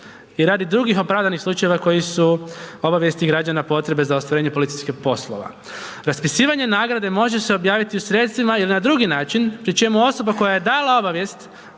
i radi drugih opravdanih slučajeva koji su obavijesti građana potrebe za ostvarenje policijskih poslova. Raspisivanje nagrade može se u sredstvima ili na drugi način, pri čemu osoba koja je dala obavijest